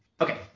Okay